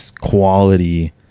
quality